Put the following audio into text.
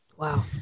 Wow